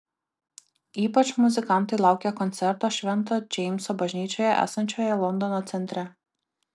ypač muzikantai laukia koncerto švento džeimso bažnyčioje esančioje londono centre